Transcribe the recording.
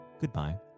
goodbye